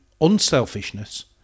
unselfishness